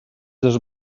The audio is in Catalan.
dos